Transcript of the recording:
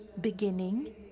beginning